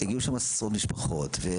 והגיעו לשם עשרות משפחות.